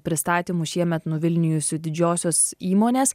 pristatymų šiemet nuvilnijusių didžiosios įmonės